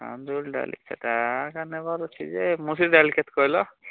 କାନ୍ଦୁଲ ଡ଼ାଲି ସେଇଟା ଏକା ନେବାର ଅଛି ଯେ ମସୁର ଡ଼ାଲି କେତେ କହିଲ